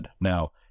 Now